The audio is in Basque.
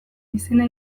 izena